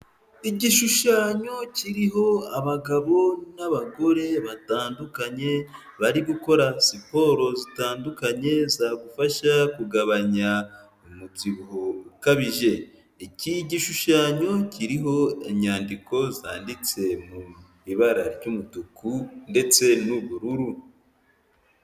Igishushanyo kiriho abagabo n'abagore batandukanye, bari gukora siporo zitandukanye zagufasha kugabanya umubyibuho ukabije, iki gishushanyo kiriho inyandiko zanditse mu ibara ry'umutuku ndetse n'ubururu.